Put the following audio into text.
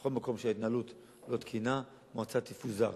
בכל מקום שההתנהלות לא תקינה, המועצה תפוזר.